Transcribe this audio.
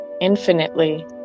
infinitely